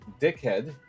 Dickhead